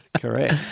correct